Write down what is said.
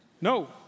No